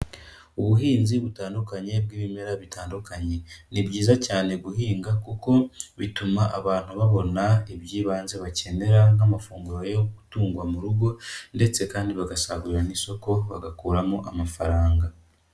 Ubuhinzi butandukanye bw'ibimera bitandukanye. Ni byiza cyane guhinga kuko bituma abantu babona iby'ibanze bakenera nk'amafunguro yo gutungwa mu rugo ndetse kandi bagasagurira n'isoko, bagakuramo amafaranga.